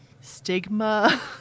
stigma